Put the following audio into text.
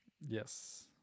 Yes